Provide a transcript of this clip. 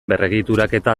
berregituraketa